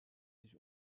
sich